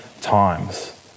times